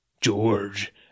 George